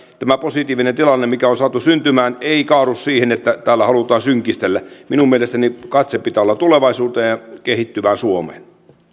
tämä positiivinen tilanne mikä on saatu syntymään ei kaadu siihen että täällä halutaan synkistellä minun mielestäni katseen pitää olla tulevaisuuteen ja kehittyvään suomeen